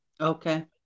Okay